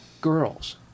girls